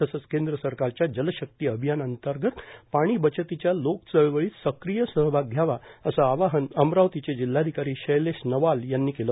तसंच केंद्र सरकारच्या जलशक्ती अभियान अंतर्गत पाणी बचतीच्या लोकचळवळीत सक्रीय सहभाग घ्यावार असं आवाहन अमरावतीचे जिल्हाधिकारी शैलेश नवाल यांनी केलं